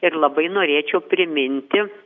ir labai norėčiau priminti